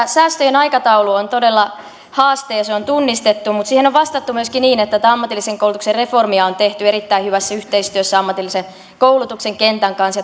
säästöjen aikataulu on todella haaste ja se on tunnistettu mutta siihen on vastattu myöskin niin että tätä ammatillisen koulutuksen reformia on tehty erittäin hyvässä yhteistyössä ammatillisen koulutuksen kentän kanssa